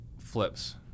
flips